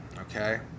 Okay